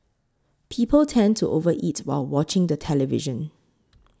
people tend to over eat while watching the television